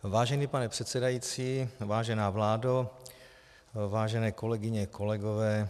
Vážený pane předsedající, vážená vládo, vážené kolegyně, kolegové.